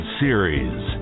series